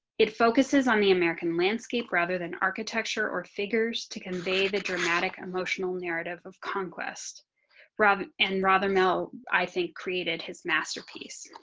it focuses on the american landscape, rather than architecture or figures to convey the dramatic emotional narrative of conquest robin and robin, mel. i think created his masterpiece.